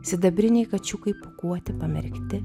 sidabriniai kačiukai pūkuoti pamerkti